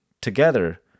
together